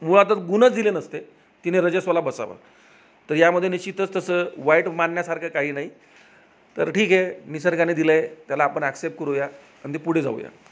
मुळातच गुणच दिले नसते तिने रजस्वाला बसावं तर यामध्ये निश्चितच तसं वाईट मानण्यासारखं काही नाही तर ठीक आहे निसर्गाने दिलं आहे त्याला आपण ॲक्सेप्ट करूया आणि ते पुढे जाऊया